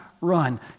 run